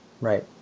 Right